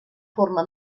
forma